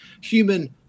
human